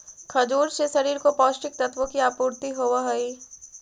खजूर से शरीर को पौष्टिक तत्वों की आपूर्ति होवअ हई